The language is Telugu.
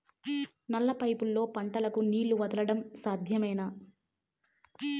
నల్ల పైపుల్లో పంటలకు నీళ్లు వదలడం సాధ్యమేనా?